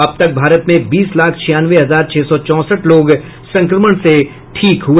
अब तक भारत में बीस लाख छियानवे हजार छह सौ चौंसठ लोग संक्रमण से ठीक हुए